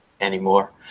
anymore